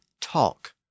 talk